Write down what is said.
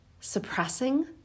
suppressing